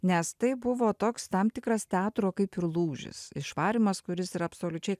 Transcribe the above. nes tai buvo toks tam tikras teatro kaip ir lūžis išvarymas kuris yra absoliučiai